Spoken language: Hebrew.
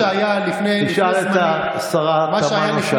אתה איש ישר מאוד.